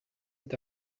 est